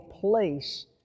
place